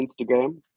Instagram